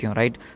right